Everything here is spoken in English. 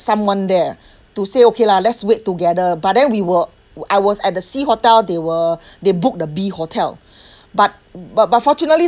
someone there to say okay lah let's wait together but then we were I was at the C hotel they were they book the B hotel but but but fortunately